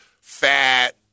fat